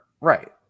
Right